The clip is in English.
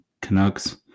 Canucks